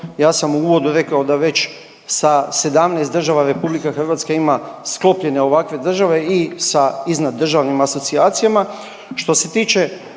Ja sam u uvodu rekao da već sa 17 država RH ima sklopljene ovakve države i sa iznad državnim asocijacijama. Što se tiče